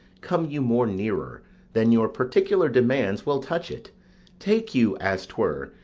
come you more nearer than your particular demands will touch it take you, as twere,